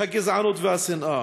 הגזענות והשנאה.